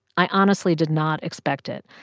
i honestly did not expect it.